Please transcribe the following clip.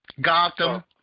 Gotham